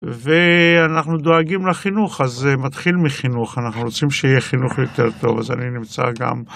ואנחנו דואגים לחינוך, אז מתחיל מחינוך, אנחנו רוצים שיהיה חינוך יותר טוב, אז אני נמצא גם.